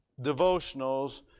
devotionals